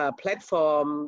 platform